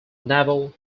naval